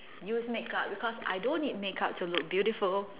use makeup because I don't need makeup to look beautiful